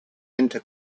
into